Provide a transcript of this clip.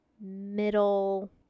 middle